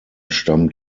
stammt